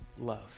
love